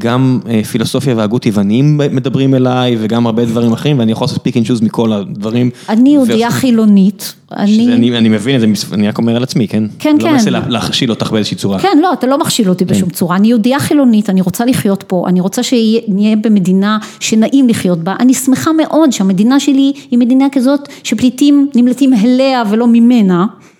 גם פילוסופיה והגות היווניים מדברים אליי וגם הרבה דברים אחרים ואני יכולה לעשות בחירה אישית מכל הדברים. אני יהודיה חילונית. שאני מבין את זה, אני רק אומר על עצמי, כן? כן, כן. לא מנסה להכשיל אותך באיזושהי צורה. כן, לא, אתה לא מכשיל אותי בשום צורה. אני יהודיה חילונית, אני רוצה לחיות פה, אני רוצה שנהיה במדינה שנעים לחיות בה. אני שמחה מאוד שהמדינה שלי היא מדינה כזאת שפליטים נמלטים אליה ולא ממנה.